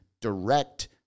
direct